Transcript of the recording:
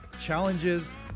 challenges